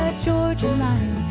georgia line.